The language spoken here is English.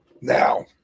now